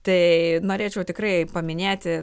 tai norėčiau tikrai paminėti